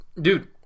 dude